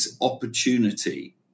opportunity